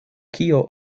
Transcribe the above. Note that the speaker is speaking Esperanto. kio